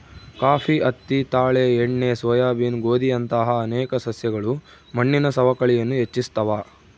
coffee ಹತ್ತಿ ತಾಳೆ ಎಣ್ಣೆ ಸೋಯಾಬೀನ್ ಗೋಧಿಯಂತಹ ಅನೇಕ ಸಸ್ಯಗಳು ಮಣ್ಣಿನ ಸವಕಳಿಯನ್ನು ಹೆಚ್ಚಿಸ್ತವ